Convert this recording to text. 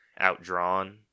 outdrawn